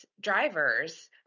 drivers